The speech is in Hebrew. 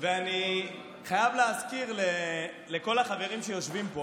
ואני חייב להזכיר לכל החברים שיושבים פה